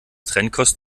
trennkost